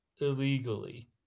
illegally